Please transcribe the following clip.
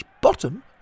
bottom